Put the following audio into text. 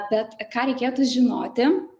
bet ką reikėtų žinoti